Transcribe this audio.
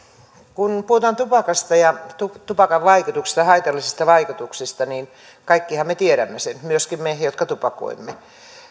kun puhutaan tupakasta ja tupakan haitallisista vaikutuksista niin kaikkihan me tiedämme ne myöskin me jotka tupakoimme